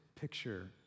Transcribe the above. picture